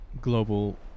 global